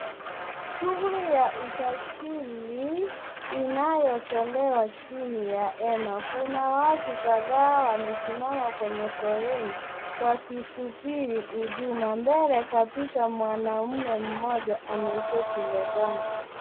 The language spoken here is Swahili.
Shughuli ya usajili inayotolewa chini ya hema. Kuna watu kadhaa wamesimama kwenye foleni wakisubiri huduma. Mbele kabisa mwanaume mmoja ameiketi mezani.